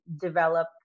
develop